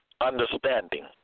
understanding